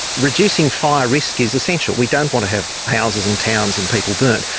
reducing fire risk is essential. we don't want to have houses and towns and people burnt.